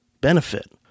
benefit